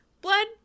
Blood